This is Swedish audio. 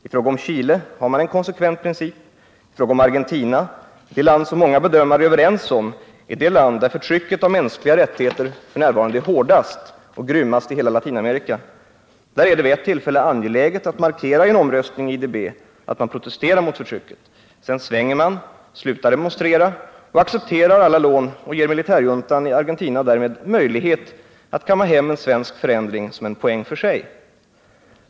I fråga om Chile har man en konsekvent princip, i fråga om Argentina — det land som många bedömare är överens om är det land där förtrycket av mänskliga rättigheter f. n. är hårdast och grymmast i hela Latinamerika — är det vid ett tillfälle angeläget att markera i en omröstning i IDB att man protesterar mot förtrycket. Sedan svänger man, slutar demonstrera och accepterar alla lån och ger därmed militärjuntan i Argentina möjlighet att kamma hem en svensk förändring som en poäng för sig.